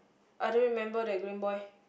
I don't remember that green boy